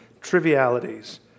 trivialities